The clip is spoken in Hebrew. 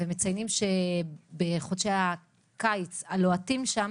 הם מציינים שבחודשי הקיץ הלוהטים שם